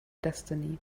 destiny